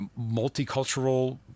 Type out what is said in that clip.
multicultural